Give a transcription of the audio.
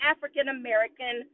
African-American